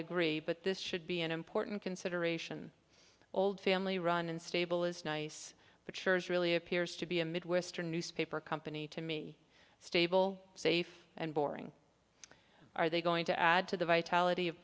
agree but this should be an important consideration old family run and stable is nice but sure is really appears to be a midwestern newspaper company to me stable safe and boring are they going to add to the vitality of